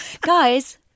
Guys